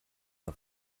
war